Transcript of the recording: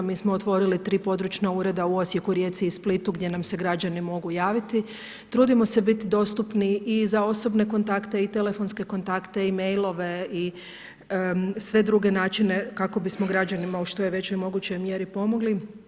Mi smo otvorili tri područna ureda u Osijeku, Rijeci i Splitu gdje nam se građani mogu javiti, trudimo se biti dostupni i za osobne kontakte i telefonske kontakte i mailove i sve druge načine kako bismo građanima u što je većoj mogućoj mjeri pomogli.